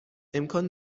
امکان